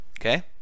Okay